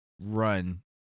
run